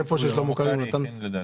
איפה ששלמה קרעי נתן.